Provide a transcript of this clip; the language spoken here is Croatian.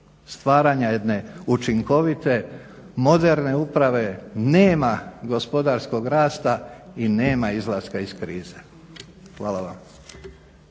stvaranja jedne učinkovite, moderne uprave nema gospodarskog rasta i nema izlaska iz krize. Hvala vam.